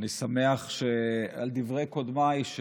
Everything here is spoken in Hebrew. אני שמח על דברי קודמיי,